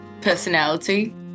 personality